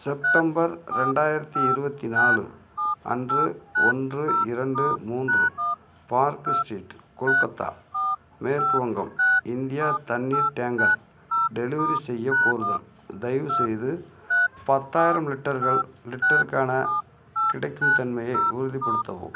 September ரெண்டாயிரத்தி இருபத்தி நாலு அன்று ஒன்று இரண்டு மூன்று பார்க்கு ஸ்ட்ரீட் கொல்கத்தா மேற்கு வங்கம் இந்தியா தண்ணீர் டேங்கர் டெலிவரி செய்யக் கோருதல் தயவுசெய்து பத்தாயிரம் லிட்டர்கள் லிட்டருக்கான கிடைக்கும் தன்மையை உறுதிப்படுத்தவும்